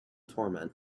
torment